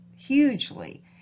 hugely